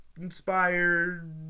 inspired